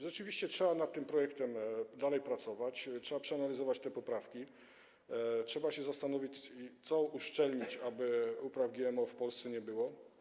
Rzeczywiście trzeba nad tym projektem dalej pracować, trzeba przeanalizować te poprawki, trzeba się zastanowić, co uszczelnić, aby upraw GMO w Polsce nie było.